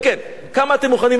כמה אתם מוכנים לקבל פה?